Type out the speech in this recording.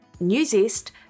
newzest